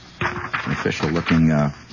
official-looking